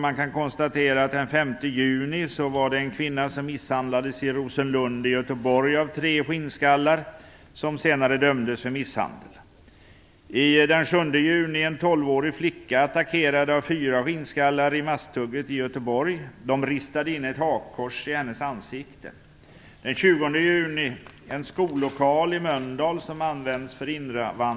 Man kan konstatera att den 5 juni misshandlades i kvinna i Rosenlund i Göteborg av tre skinnskallar som senare dömdes för misshandel. Den 7 juni attackerades en tolvårig flicka av fyra skinnskallar i Masthugget i Göteborg. De ristade in ett hakkors i hennes ansikte.